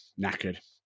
knackered